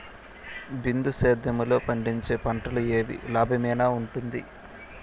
బిందు సేద్యము లో పండించే పంటలు ఏవి లాభమేనా వుంటుంది?